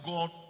God